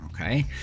Okay